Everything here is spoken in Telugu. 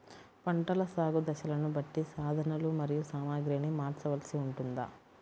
పంటల సాగు దశలను బట్టి సాధనలు మరియు సామాగ్రిని మార్చవలసి ఉంటుందా?